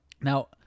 now